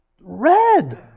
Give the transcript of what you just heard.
red